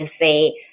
say